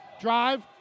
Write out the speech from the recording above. drive